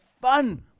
fun